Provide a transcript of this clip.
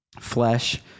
flesh